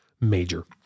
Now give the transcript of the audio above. major